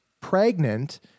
pregnant